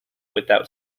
without